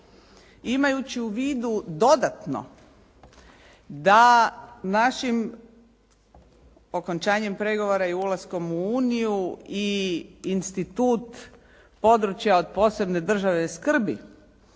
Imajući u vidu dodatno da našim okončanjem pregovora i ulaskom u Uniju i institut područja od posebne državne skrbi